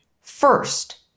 first